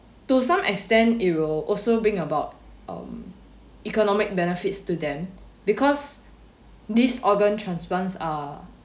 to some extent it will also bring about um economic benefits to them because these organ transplants are